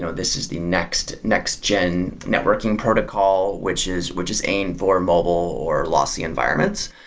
so this is the next next gen networking protocol, which is which is aimed for mobile or lossy environments.